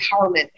empowerment